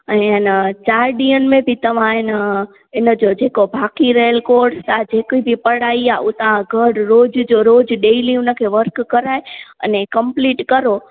ऐं अइन चारि ॾींहंनि में बि तव्हां अइन हिन जो जेको बाक़ी रहियल कोर्स आहे जेके बि पढ़ाई आहे उहो तव्हां घर रोज़ जो रोज डेली हुन खे वर्क कराए अने कंप्लीट करो